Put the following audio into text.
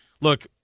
look